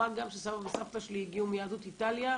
מה גם שסבא וסבתא שלי הגיעו מיהדות איטליה,